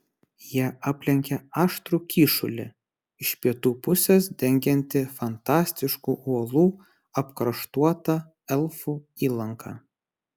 jie aplenkė aštrų kyšulį iš pietų pusės dengiantį fantastiškų uolų apkraštuotą elfų įlanką